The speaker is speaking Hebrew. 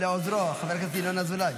ולעוזרו, חבר הכנסת ינון אזולאי.